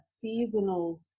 seasonal